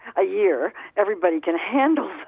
a year, everybody can handle